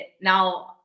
now